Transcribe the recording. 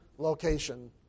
location